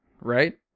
right